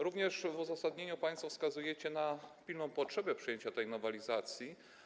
Również w uzasadnieniu państwo wskazujecie na pilną potrzebę przyjęcia tej nowelizacji.